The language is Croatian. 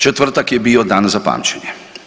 Četvrtak je bio dan za pamćenje.